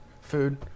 Food